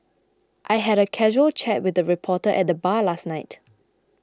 I had a casual chat with a reporter at the bar last night